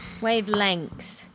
Wavelength